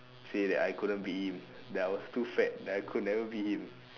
say that I couldn't beat him that I was too fat that I could never beat him